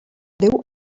déu